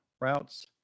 routes